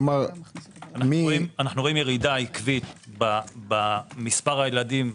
אנו רואים ירידה עקבית במספר הילדים.